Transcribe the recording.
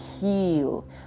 heal